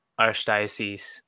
archdiocese